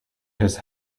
his